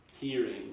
hearing